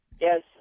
Yes